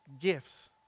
gifts